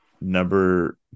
Number